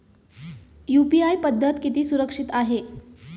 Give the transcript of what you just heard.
UPI पद्धत किती सुरक्षित आहे?